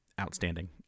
outstanding